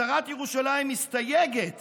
הצהרת ירושלים מסתייגת